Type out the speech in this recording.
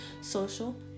social